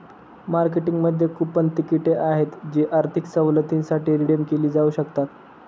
मार्केटिंगमध्ये कूपन तिकिटे आहेत जी आर्थिक सवलतींसाठी रिडीम केली जाऊ शकतात